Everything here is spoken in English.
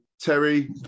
terry